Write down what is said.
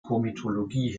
komitologie